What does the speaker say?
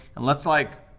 and let's like,